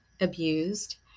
abused